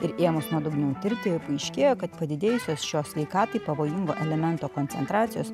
ir ėmus nuodugniau tirti jau paaiškėjo kad padidėjusios šio sveikatai pavojingo elemento koncentracijos